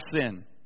sin